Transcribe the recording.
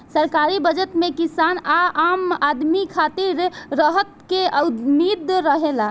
सरकारी बजट में किसान आ आम आदमी खातिर राहत के उम्मीद रहेला